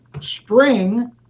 spring